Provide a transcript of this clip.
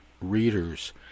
readers